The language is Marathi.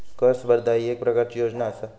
कर स्पर्धा ही येक प्रकारची योजना आसा